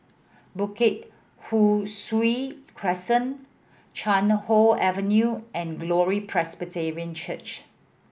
Bukit Ho Swee Crescent Chuan Hoe Avenue and Glory Presbyterian Church